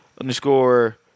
underscore